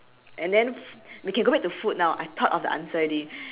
and then we can go back to food now I thought of the answer already